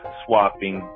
swapping